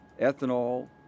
ethanol